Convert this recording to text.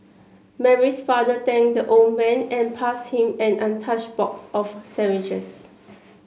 Mary's father thanked the old man and passed him an untouched box of sandwiches